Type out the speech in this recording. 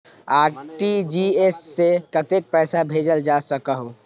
RTGS से कतेक पैसा भेजल जा सकहु???